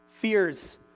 fears